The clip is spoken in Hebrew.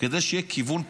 כדי שיהיה כיוון לפתרון.